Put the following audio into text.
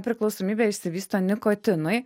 priklausomybė išsivysto nikotinui